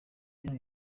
yayo